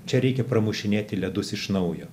čia reikia pramušinėti ledus iš naujo